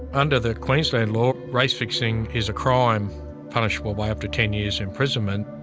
under the queensland law, race fixing is a crime punishable by up to ten years imprisonment.